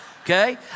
Okay